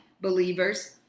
believers